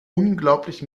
unglaublich